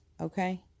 okay